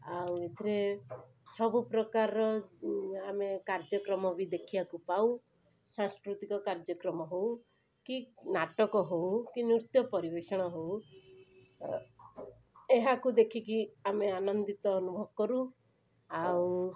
ଆଉ ଏଥିରେ ସବୁପ୍ରକାରର ଆମେ କାର୍ଯ୍ୟକ୍ରମ ବି ଦେଖିବାକୁ ପାଉ ସାଂସ୍କୃତିକ କାର୍ଯ୍ୟକ୍ରମ ହଉ କି ନାଟକ ହଉ କି ନୃତ୍ୟ ପରିବେଷଣ ହଉ ଏହାକୁ ଦେଖିକି ଆମେ ଆନନ୍ଦିତ ଅନୁଭବ କରୁ ଆଉ